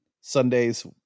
Sundays